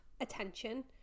attention